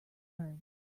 earned